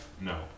no